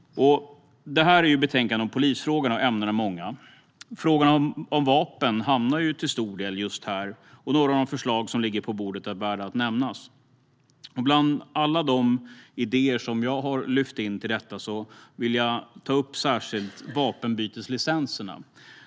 Detta är ett betänkande om polisfrågor, och ämnena är många. Frågorna om vapen hamnar till stor del just här, och några av de förslag som ligger på bordet är värda att nämna. Bland alla de idéer som jag har lyft in till detta vill jag särskilt ta upp vapenbyteslicenserna.